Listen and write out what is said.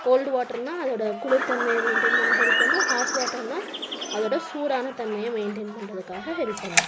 gold வாட்டருனா அதோட குளிர்த்தன்மையை மெயின்டைன் பண்ண ஹெல்ப் பண்ணும் ஹாட் வாட்டருனா அதோட சூடான தன்மையை மெயின்டைன் பண்ணுறதுக்காக ஹெல்ப் பண்ணும்